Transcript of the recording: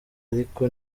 ariko